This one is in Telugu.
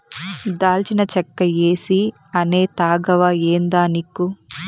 దాల్చిన చెక్క ఏసీ అనే తాగవా ఏందానిక్కు